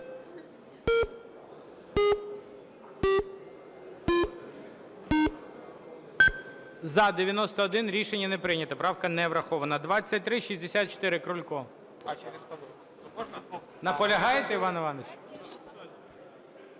За-91 Рішення не прийнято. Правка не врахована. 2364, Крулько. Наполягаєте, Іван Іванович?